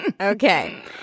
Okay